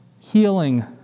healing